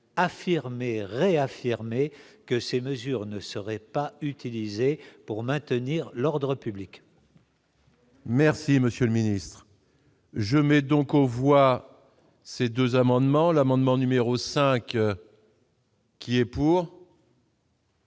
affirmé et réaffirmé que ces mesures ne seraient pas utilisées pour maintenir l'ordre public. Merci, Monsieur le Ministre. Je mets donc on voit ces 2 amendements, l'amendement numéro 5. Qui s'abstient